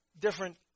different